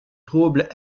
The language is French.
troubles